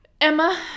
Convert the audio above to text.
Emma